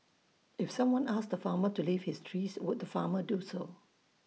if someone asked the farmer to leave his trees would the farmer do so